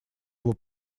его